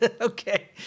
Okay